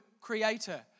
creator